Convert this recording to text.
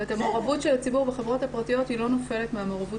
המעורבות של הציבור בחברות הפרטיות לא נופלת מהמעורבות